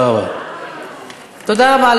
תודה רבה.